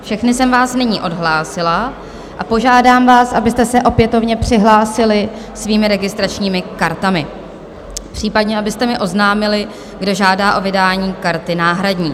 Všechny jsem vás nyní odhlásila a požádám vás, abyste se opětovně přihlásili svými registračními kartami, případně abyste mi oznámili, kdo žádá o vydání karty náhradní.